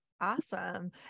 Awesome